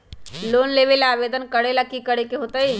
Loan लेबे ला आवेदन करे ला कि करे के होतइ?